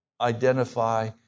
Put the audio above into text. identify